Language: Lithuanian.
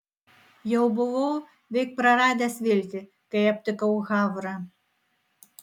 jau buvau veik praradęs viltį kai aptikau havrą